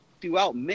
throughout